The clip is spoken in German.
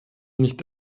nicht